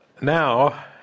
now